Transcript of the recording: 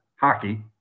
hockey